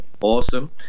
Awesome